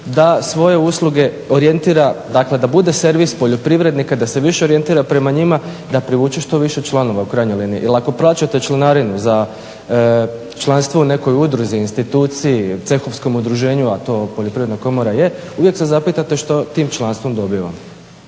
da svoje usluge orijentira, dakle da bude servis poljoprivrednika i da se više orijentira prema njima i da privuče što više članova u krajnjoj liniji. Jer ako plaćate članarinu za članstvo u nekoj udruzi, instituciji, cehovskom udruženju, a to Poljoprivredna komora je uvijek se zapitate što tim članstvom dobivam.